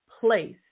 place